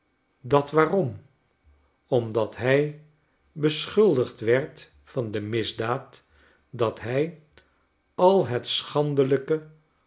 dat waarom omdat hij beschuldigd werd van de misdaad dat hij al het